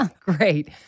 Great